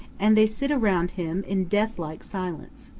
and they sit around him in deathlike silence.